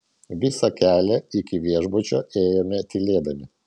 visą kelią iki viešbučio ėjome tylėdami